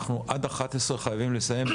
אנחנו עד 11:00 חייבים לסיים.